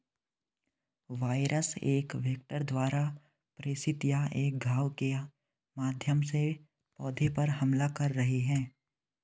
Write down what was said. virus एक vector द्वारा प्रेषित या एक घाव के माध्यम से पौधे पर हमला कर रहे हैं